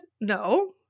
No